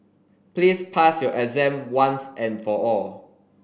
please pass your exam once and for all